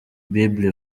bible